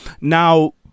Now